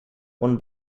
won